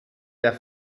der